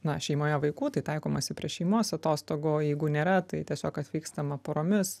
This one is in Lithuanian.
na šeimoje vaikų tai taikomasi prie šeimos atostogų jeigu nėra tai tiesiog atvykstama poromis